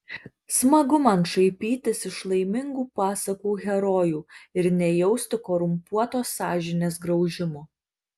smagu man šaipytis iš laimingų pasakų herojų ir nejausti korumpuotos sąžinės graužimo